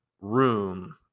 room